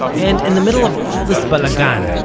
and in the middle of all this balagan,